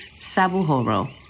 Sabuhoro